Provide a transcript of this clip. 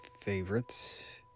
favorites